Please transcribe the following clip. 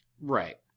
Right